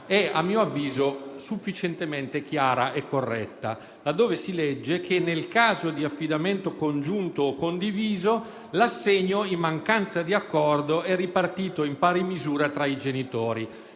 sia sufficientemente chiara e corretta, laddove si legge che nel caso di affidamento congiunto o condiviso l'assegno, in mancanza di accordo, è ripartito in pari misura tra i genitori.